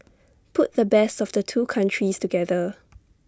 put the best of the two countries together